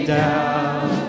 down